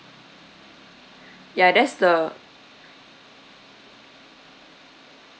ya that's the